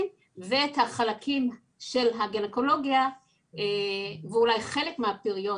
ואת החלקים של הגניקולוגיה ואולי חלק מהפריון,